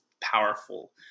powerful